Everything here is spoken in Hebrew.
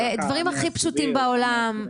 הדברים הכי פשוטים בעולם,